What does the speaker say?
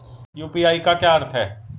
UPI का क्या अर्थ है?